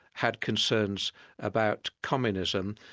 had concerns about communism,